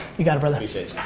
you got it, brother. appreciate